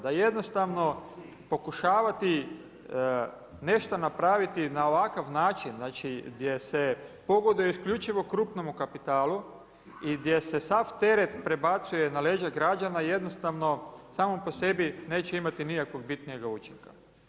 Da jednostavno pokušavati nešto napraviti na ovakav način, znači, gdje se pogoduje isključivo krupnome kapitalu i gdje se sav teret prebacuje na leđa građana, jednostavno, samo po sebi, neće imati bitnijeg učinka.